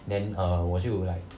then err 我就 like